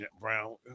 Brown